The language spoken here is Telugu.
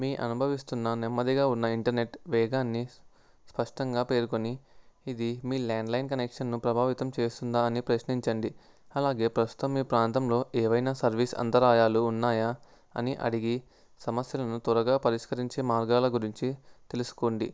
మీ అనుభవిస్తున్న నెమ్మదిగా ఉన్న ఇంటర్నెట్ వేగాన్ని స్పష్టంగా పేర్కొని ఇది మీ ల్యాండ్లైన్ కనెక్షన్ను ప్రభావితం చేస్తుందా అని ప్రశ్నించండి అలాగే ప్రస్తుతం మీ ప్రాంతంలో ఏవైనా సర్వీస్ అంతరాయాలు ఉన్నాయా అని అడిగి సమస్యలను త్వరగా పరిష్కరించే మార్గాల గురించి తెలుసుకోండి